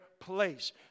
place